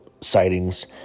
sightings